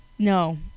No